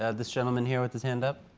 ah this gentleman here with his hand up.